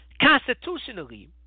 constitutionally